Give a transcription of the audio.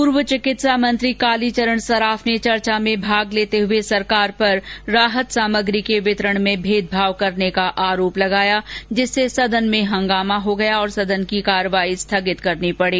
पूर्व चिकित्सा मंत्री कालीचरण सर्राफ ने चर्चा में भाग लेते हुए सरकार पर राहत सामग्री के वितरण में भेदभाव करने का आरोप लगाया जिससे सदन में हंगामा हो गया और सदन की कार्यवाही तीन बार स्थगित करनी पड़ी